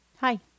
Hi